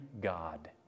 God